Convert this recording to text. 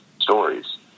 stories